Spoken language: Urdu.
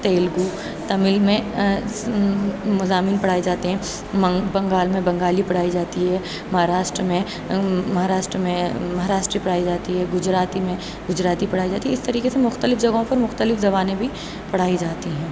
تیلگو تمل میں مضامین پڑھائے جاتے ہیں بنگال میں بنگالی پڑھائی جاتی ہے مہاراشٹر میں مہاراشٹر میں مہاراشٹری پڑھائی جاتی ہے گجراتی میں گجراتی پڑھائی جاتی ہے اس طریقے سے مختلف جگہوں پہ مختلف زبانیں بھی پڑھائی جاتی ہیں